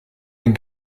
den